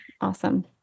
Awesome